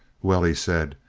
well? he said,